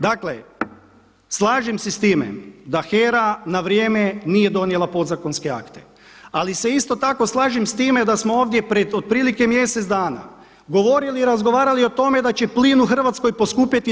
Dakle, slažem se sa time da HERA na vrijeme nije donijela podzakonske akte, ali se isto tako slažem sa time da smo ovdje pred otprilike mjesec dana govorili i razgovarali o tome da će plin u Hrvatskoj poskupjeti 25%